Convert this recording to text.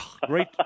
great